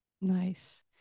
Nice